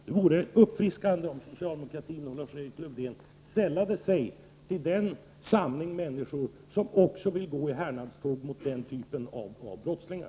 Det vore uppfriskande om socialdemokratin och Lars-Erik Lövdén sällade sig till den samling människor som vill gå i härnadståg mot den typen av brottslingar.